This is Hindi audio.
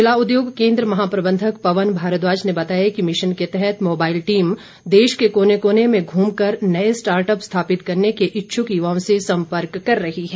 जिला उद्योग केन्द्र महाप्रबंधक पवन भारद्वाज ने बताया कि मिशन के तहत मोबाईल टीम देश के कोने कोने में धूमकर नए स्टार्टअप स्थापित करने के इच्छुक युवाओं से सम्पर्क कर रही है